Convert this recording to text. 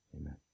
amen